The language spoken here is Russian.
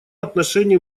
отношении